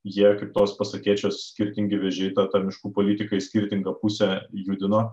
jie kaip tos pasakėčios skirtingi vėžiai tą miškų politiką į skirtingą pusę judino